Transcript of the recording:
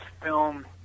film